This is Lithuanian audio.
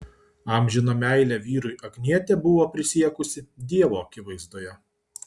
amžiną meilę vyrui agnietė buvo prisiekusi dievo akivaizdoje